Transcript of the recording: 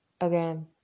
again